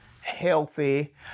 healthy